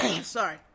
sorry